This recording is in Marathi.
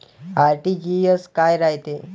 आर.टी.जी.एस काय रायते?